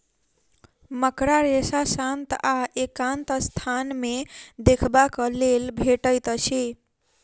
मकड़ा रेशा शांत आ एकांत स्थान मे देखबाक लेल भेटैत अछि